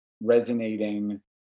resonating